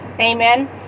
Amen